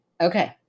Okay